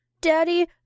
Daddy